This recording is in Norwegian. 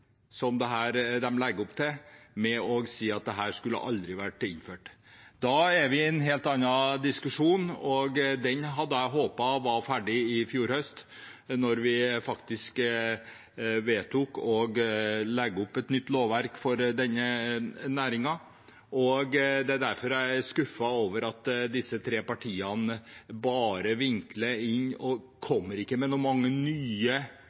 som de her legger opp til, til å si at dette aldri skulle vært innført. Da er vi i en helt annen diskusjon, og den hadde jeg håpet var ferdig i fjor høst, da vi faktisk vedtok å legge opp til et nytt lovverk for denne næringen. Det er derfor jeg er skuffet over at disse tre partiene bare vinkler det slik og ikke kommer med så mange nye